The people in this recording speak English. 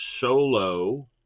solo